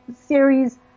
series